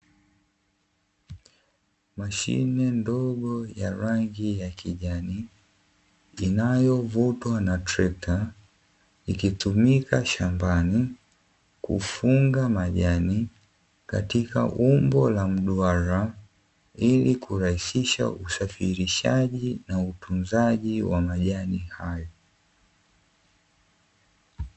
Mashine ndogo ya rangi ya kijani inayovutwa na trekta ikitumika shambani kufunga majani, katika umbo la mduara ili kurahisisha usafirishaji na utunzaji wa majani hayo.